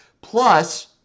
plus